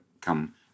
come